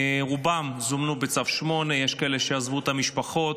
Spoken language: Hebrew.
רובם זומנו בצו 8. יש כאלה שעזבו את המשפחות,